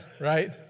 right